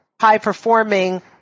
high-performing